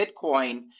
Bitcoin